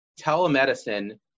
telemedicine